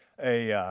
a